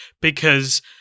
because-